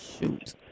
Shoot